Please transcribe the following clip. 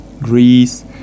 Greece